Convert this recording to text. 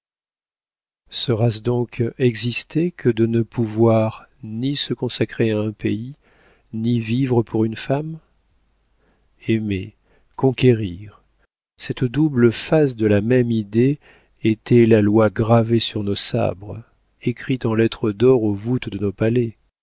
sera-ce donc exister que de ne pouvoir ni se consacrer à un pays ni vivre pour une femme aimer conquérir cette double face de la même idée était la loi gravée sur nos sabres écrite en lettres d'or aux voûtes de nos